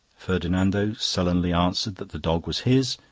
ferdinando sullenly answered that the dog was his,